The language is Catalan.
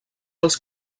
els